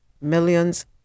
millions